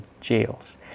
jails